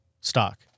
stock